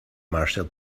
marshall